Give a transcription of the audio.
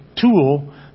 tool